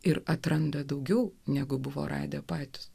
ir atranda daugiau negu buvo radę patys